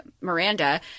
miranda